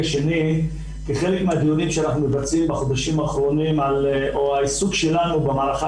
כחלק מהדיונים שאנחנו מבצעים בחודשים האחרונים או העיסוק שלנו במערכה,